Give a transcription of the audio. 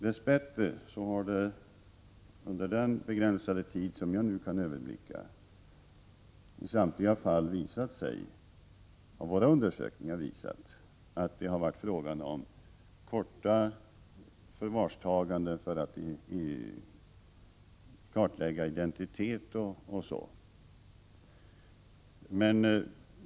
Dess bättre har under den begränsade tid jag kunnat överblicka detta område våra undersökningar i samtliga fall visat att det varit fråga om korta omhändertaganden t.ex. för att kartlägga vederbörandes identitet.